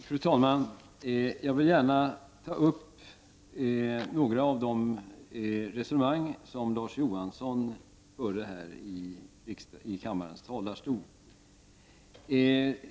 Fru talman! Jag vill gärna ta upp några av de resonemang som Larz Johansson förde här i kammarens talarstol.